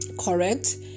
correct